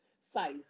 size